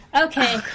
Okay